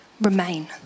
remain